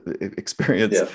experience